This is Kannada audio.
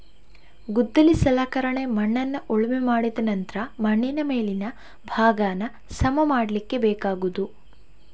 ಗುದ್ದಲಿ ಸಲಕರಣೆ ಮಣ್ಣನ್ನ ಉಳುಮೆ ಮಾಡಿದ ನಂತ್ರ ಮಣ್ಣಿನ ಮೇಲಿನ ಭಾಗಾನ ಸಮ ಮಾಡ್ಲಿಕ್ಕೆ ಬೇಕಾಗುದು